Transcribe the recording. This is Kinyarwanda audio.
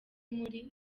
muri